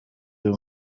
uyu